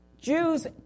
Jews